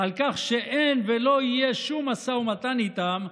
על כך שאין ולא יהיה שום משא ומתן איתם,